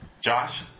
Josh